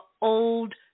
old